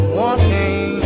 wanting